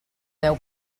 deu